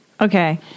Okay